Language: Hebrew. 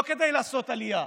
לא כדי לעשות עלייה,